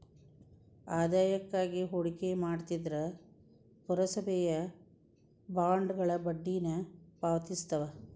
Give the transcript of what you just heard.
ಆದಾಯಕ್ಕಾಗಿ ಹೂಡಿಕೆ ಮಾಡ್ತಿದ್ರ ಪುರಸಭೆಯ ಬಾಂಡ್ಗಳ ಬಡ್ಡಿನ ಪಾವತಿಸ್ತವ